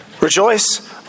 Rejoice